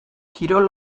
kirol